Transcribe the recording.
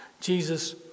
Jesus